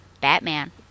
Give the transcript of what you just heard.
Batman